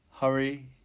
Hurry